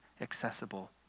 accessible